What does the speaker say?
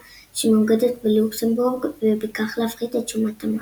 שמאוגדת בלוקסמבורג ובכך להפחית את שומת המס.